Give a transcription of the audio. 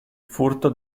furto